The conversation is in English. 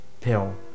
pill